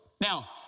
Now